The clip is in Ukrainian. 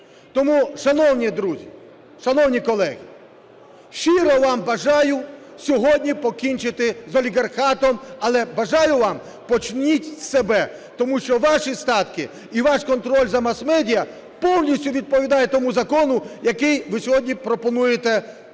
Тому, шановні друзі, шановні колеги, щиро вам бажаю сьогодні покінчити з олігархатом. Але бажаю вам, почніть з себе, тому що ваші статки і ваш контроль за масмедіа повністю відповідає тому закону, який ви сьогодні пропонуєте прийняти.